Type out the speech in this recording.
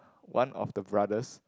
one of the brothers